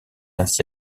ainsi